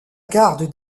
garde